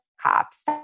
cops